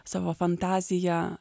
savo fantaziją